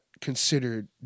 considered